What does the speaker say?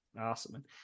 awesome